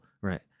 right